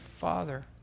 father